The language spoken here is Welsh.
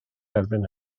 erbyn